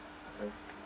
I